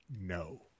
no